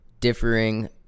differing